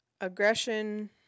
aggression